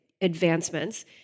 advancements